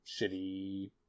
shitty